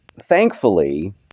thankfully